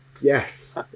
Yes